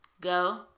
go